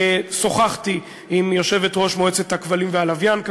שוחחתי עם יושבת-ראש המועצה לשידורי כבלים ולשידורי לוויין,